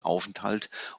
aufenthalt